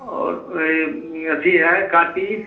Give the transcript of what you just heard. और यह अथी है कांटी